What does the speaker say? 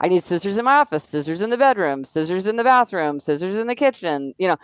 i need scissors in my office, scissors in the bedroom, scissors in the bathrooms, scissors in the kitchen, you know